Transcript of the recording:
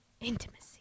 intimacy